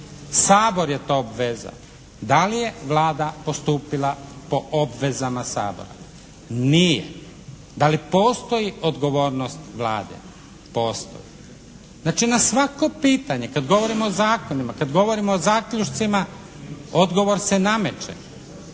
Sabor je to obvezao. Da li je Vlada postupila po obvezama Sabora? Nije. Da li postoji odgovornost Vlade? Postoji. Znači na svako pitanje kad govorimo o zakonima, kad govorimo o zaključcima odgovor se nameće,